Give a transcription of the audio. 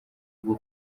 bwo